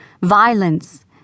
violence